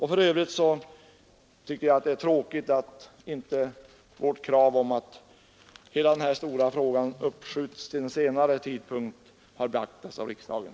I övrigt tycker jag det är tråkigt att inte vårt krav om att hela denna stora fråga uppskjuts till en senare tidpunkt har beaktats av riksdagen.